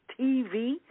TV